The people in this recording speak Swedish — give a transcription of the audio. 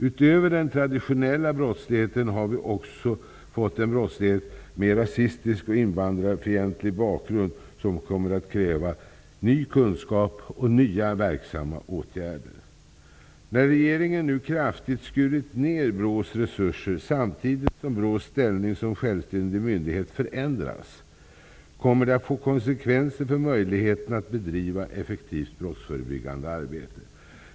Utöver den traditionella brottsligheten har vi också fått en brottslighet med rasistisk och invandrarfientlig bakgrund, som kommer att kräva ny kunskap och nya verksamma åtgärder. När regeringen nu kraftigt har skurit ner BRÅ:s resurser samtidigt som BRÅ:s ställning som självständig myndighet förändras kommer det att få konsekvenser för möjligheten att bedriva effektivt brottsförebyggande arbete.